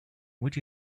would